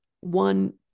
One